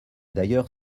d’ailleurs